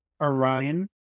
Orion